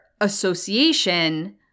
association